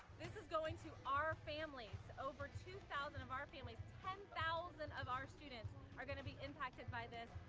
this is going to our families, over two thousand of our families ten thousand of our students are gonna be impacted by this,